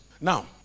Now